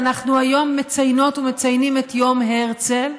ואנחנו היום מציינות ומציינים את יום הרצל.